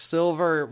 Silver